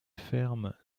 ferme